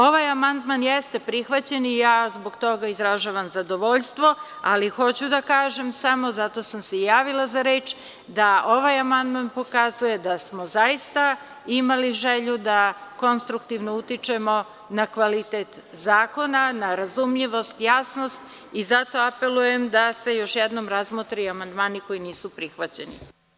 Ovaj amandman jeste prihvaćen i zbog toga izražavam zadovoljstvo, ali hoću da kažem, samo zato sam se i javila za reč, da ovaj amandman pokazuje da smo zaista imali želju da konstruktivno utičemo na kvalitet zakona, na razumljivost, jasnost i zato apelujem da se još jednom razmotre amandmani koji nisu prihvaćeni.